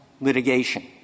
litigation